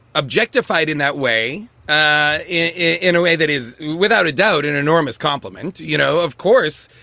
objectified in that way ah in a way that is, without a doubt an enormous compliment. you know, of course,